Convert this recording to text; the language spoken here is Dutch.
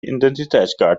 identiteitskaart